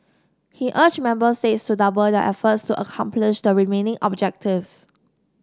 he urged member states to double their efforts to accomplish the remaining objectives